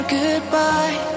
goodbye